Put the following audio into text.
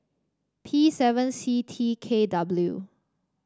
P seven C T K W